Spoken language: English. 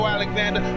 Alexander